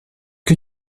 que